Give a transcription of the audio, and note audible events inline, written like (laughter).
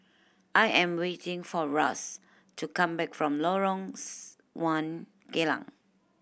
I am waiting for Ras to come back from Lorong (unintelligible) one Geylang